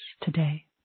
today